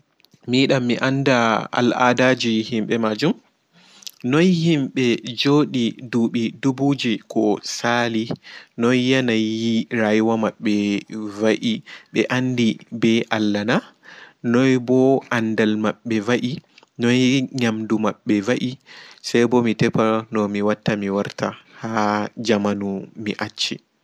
Mi yiɗan mi anda al adaaji himɓe maajum noi himɓe jooɗi ɗuɓi duɓuji ko saali noi yanai rayuwa maɓɓe wa'e ɓe andi allah na noi bo anɗal maɓɓe va'e saibo mi tefa no mi watta mi warta ha jamanu mi acci.